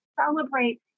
celebrate